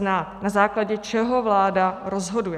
Na základě čeho vláda rozhoduje?